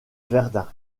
verdun